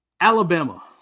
Alabama